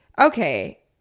Okay